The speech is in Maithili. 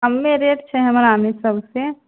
कमे रेट छै हमरामे सबसँ